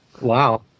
wow